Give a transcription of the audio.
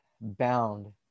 bound